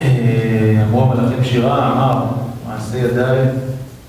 אמרו המלאכים שירה, אמר, מעשה ידי